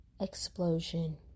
explosion